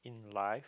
life